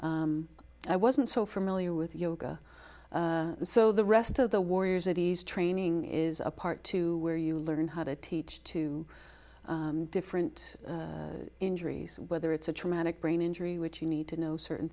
i wasn't so familiar with yoga so the rest of the warriors eddy's training is a part to where you learn how to teach two different injuries whether it's a traumatic brain injury which you need to know certain